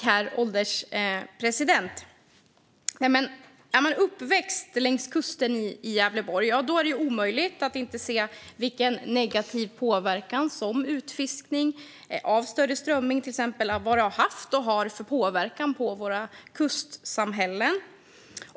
Herr ålderspresident! Om man är uppväxt vid kusten i Gävleborg är det omöjligt att inte se vilken negativ påverkan som utfiskningen av till exempel större strömming har haft och har på våra kustsamhällen.